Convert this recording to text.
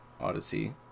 Odyssey